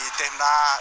terminar